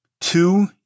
Two